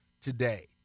today